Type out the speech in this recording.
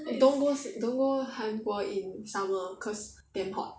don't go s~ don't go 韩国 in summer cause damn hot